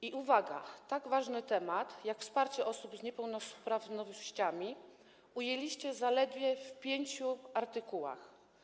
I uwaga, tak ważny temat jak wsparcie osób z niepełnosprawnościami ujęliście zaledwie w pięciu artykułach.